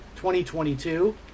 2022